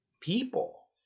people